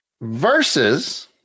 Versus